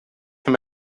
him